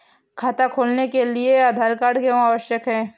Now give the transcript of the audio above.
खाता खोलने के लिए आधार क्यो आवश्यक है?